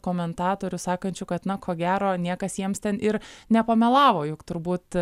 komentatorių sakančių kad na ko gero niekas jiems ten ir nepamelavo juk turbūt